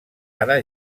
ara